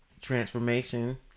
transformation